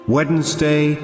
Wednesday